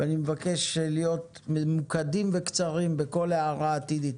אני מבקש להיות ממוקדים וקצרים בכל הערה עתידית.